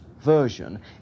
Version